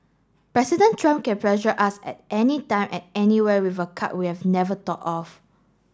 president Trump can pressure us at anytime at anywhere with a card we'd never thought of